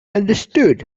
understood